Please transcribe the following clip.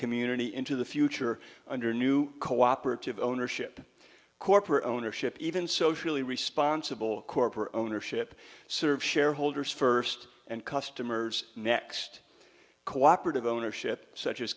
community into the future under new co operative ownership corporate ownership even socially responsible corporate ownership serves shareholders first and customers next cooperative ownership such